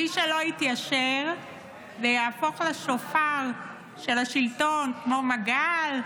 מי שלא יתיישר ויהפוך לשופר של השלטון, כמו מגל,